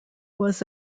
was